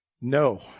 No